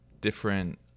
different